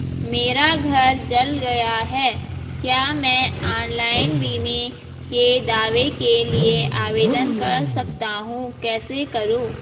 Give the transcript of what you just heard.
मेरा घर जल गया है क्या मैं ऑनलाइन बीमे के दावे के लिए आवेदन कर सकता हूँ कैसे करूँ?